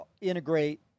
integrate